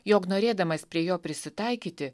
jog norėdamas prie jo prisitaikyti